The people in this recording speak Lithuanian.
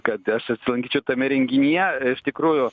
kad aš apsilankyčiau tame renginyje iš tikrųjų